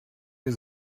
wir